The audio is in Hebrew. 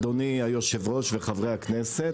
אדוני היו"ר וחברי הכנסת,